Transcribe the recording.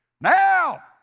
Now